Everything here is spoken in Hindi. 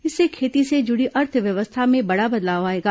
इससे खेती से जुड़ी अर्थव्यवस्था में बड़ा बदलाव आएगा